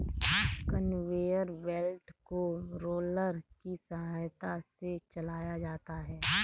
conveyor belt को roller की सहायता से चलाया जाता है